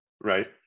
right